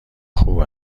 خوب